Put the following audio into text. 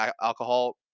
alcohol